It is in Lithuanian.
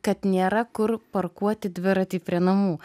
kad nėra kur parkuoti dviratį prie namų